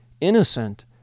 innocent